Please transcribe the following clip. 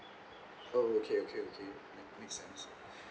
oh okay okay okay that make sense